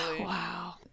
wow